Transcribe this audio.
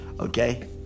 okay